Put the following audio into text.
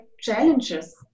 challenges